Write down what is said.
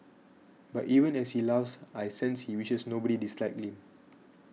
but even as he laughs I sense he wishes nobody disliked him